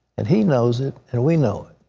and he knows it and we know it.